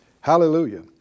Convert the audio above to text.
hallelujah